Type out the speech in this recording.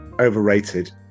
overrated